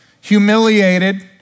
humiliated